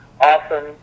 Awesome